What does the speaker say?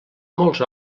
molts